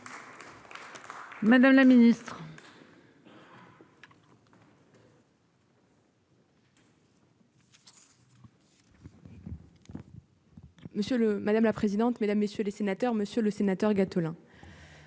Madame la ministre. Monsieur le madame la présidente, mesdames, messieurs les sénateurs, Monsieur le Sénateur Gattolin.